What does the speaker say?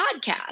podcast